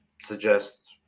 suggest